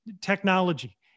technology